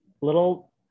little